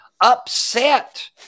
upset